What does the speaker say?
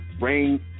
Rain